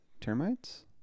Termites